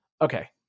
okay